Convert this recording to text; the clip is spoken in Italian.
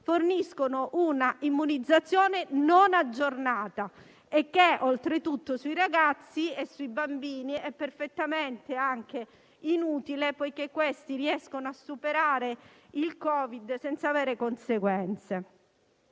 forniscono un'immunizzazione non aggiornata, e che, oltretutto, sui ragazzi e sui bambini è anche perfettamente inutile poiché questi riescono a superare il Covid senza conseguenze.